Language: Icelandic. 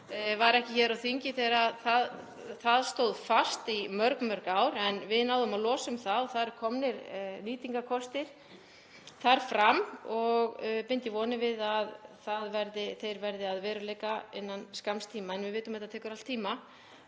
var ekki hér á þingi þegar það mál stóð fast í mörg ár. En við náðum að losa um það og þar eru komnir fram nýtingarkostir og ég bind vonir við að þeir verði að veruleika innan skamms tíma. Við vitum að þetta tekur allt tíma